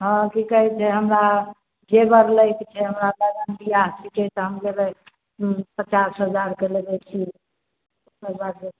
हँ की कहै छै हमरा जेबर लैके छै हमरा घरमे विवाह छीकै तऽ हम लेबै पचास हजारके लेबै चीज ओकर बाद